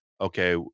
okay